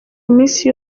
iminsi